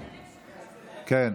כן.